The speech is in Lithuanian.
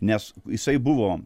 nes jisai buvo